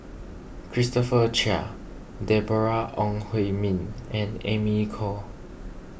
Christopher Chia Deborah Ong Hui Min and Amy Khor